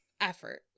Effort